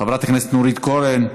חברת הכנסת נורית קורן,